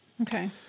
Okay